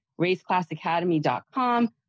raceclassacademy.com